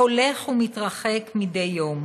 הולך ומתרחק מדי יום.